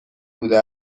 بوده